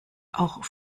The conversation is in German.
auch